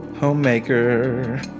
Homemaker